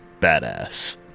badass